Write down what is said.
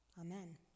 Amen